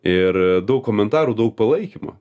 ir daug komentarų daug palaikymo